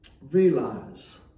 realize